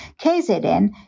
KZN